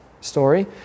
story